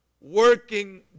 working